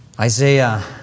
Isaiah